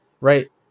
right